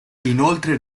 inoltre